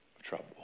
trouble